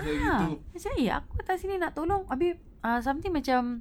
ah that's why aku sini nak tolong habis err something macam